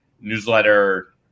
newsletter